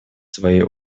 свои